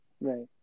Right